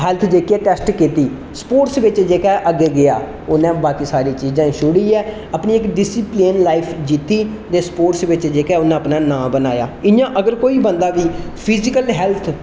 health जेहकी ऐ check कीती स्पोर्ट्स बिच जेहका अग्गै गेआ उन्ने बाकी चीजां छोड़ियै अपनी इक डिसिप्लेन लाइफ जित्ती ते स्पोर्ट्स बिच जेहका उन्नै अपना नां बनाया इयां अगर कोई बंदा बी फिजिकल हैल्थ